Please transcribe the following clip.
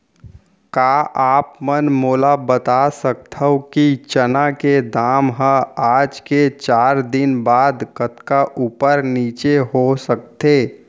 का आप मन मोला बता सकथव कि चना के दाम हा आज ले चार दिन बाद कतका ऊपर नीचे हो सकथे?